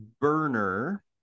Burner